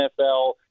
NFL –